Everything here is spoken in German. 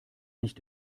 nicht